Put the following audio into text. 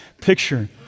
picture